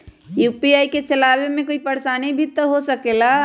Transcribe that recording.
UPI के चलावे मे कोई परेशानी भी हो सकेला?